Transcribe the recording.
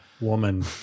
woman